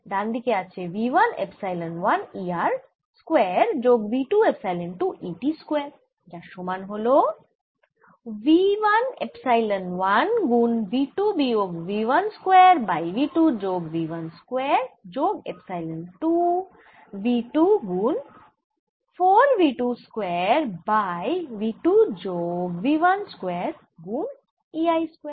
ডান দিকে আছে v 1 epsilon one E R square যোগ v 2 epsilon 2 E T square যার সমান হল v 1 এপসাইলন1 গুন v 2 বিয়োগ v 1 স্কয়ার বাই v 2 যোগ v 1 স্কয়ার যোগ এপসাইলন 2 v 2 গুন 4 v 2 স্কয়ার বাই v 2 যোগ v 1 স্কয়ার গুন E I স্কয়ার